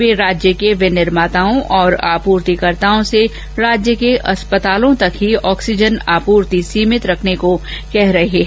वे राज्य के विनिर्माताओं और आपूर्तिकर्ताओं से राज्य के अस्पतालों तक ही ऑक्सीजन आपूर्ति सीमित रखने को कह रहे हैं